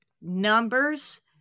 numbers